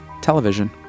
television